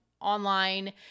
online